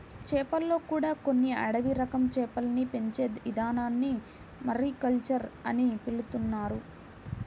చేపల్లో కూడా కొన్ని అడవి రకం చేపల్ని పెంచే ఇదానాన్ని మారికల్చర్ అని పిలుత్తున్నారు